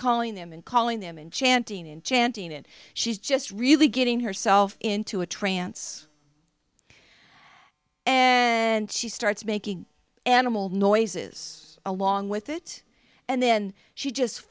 calling them and calling them and chanting and chanting and she's just really getting herself into a trance and she starts making animal noises along with it and then she just